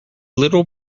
little